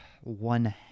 one